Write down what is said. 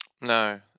no